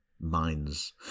minds